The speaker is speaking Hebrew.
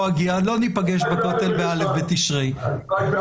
ניפגש רק ב-א' --- ב-א' בתשרי אני לא אגיע.